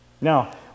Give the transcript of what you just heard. Now